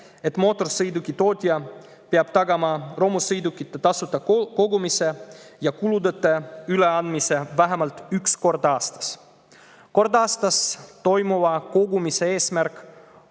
et mootorsõiduki tootja peab tagama romusõidukite tasuta kogumise ja kuludeta üleandmise [võimaluse] vähemalt üks kord aastas. Kord aastas toimuva kogumise eesmärk